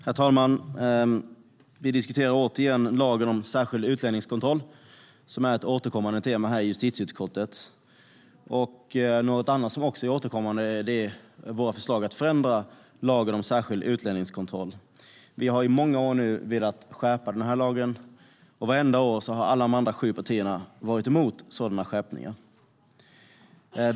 Herr talman! Vi diskuterar återigen lagen om särskild utlänningskontroll, som är ett återkommande tema i justitieutskottet. Något annat som också är återkommande är våra förslag att förändra lagen om särskild utlänningskontroll. Vi har nu i många år velat skärpa lagen, och vartenda år har alla de andra sju partierna varit emot sådana skärpningar.